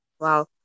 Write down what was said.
wow